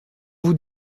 vous